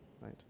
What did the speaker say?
right